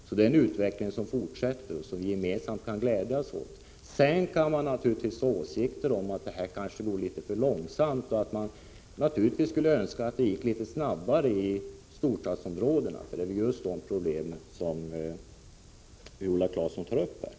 Det är en utveckling som fortsätter och som vi gemensamt kan glädjas åt, även om vi kanske kan tycka att det går för långsamt och skulle önska en snabbare utveckling av kollektivtrafiken i storstadsområdena.